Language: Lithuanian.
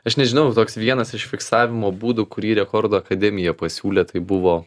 aš nežinau toks vienas iš fiksavimo būdų kurį rekordo akademija pasiūlė tai buvo